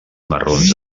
marrons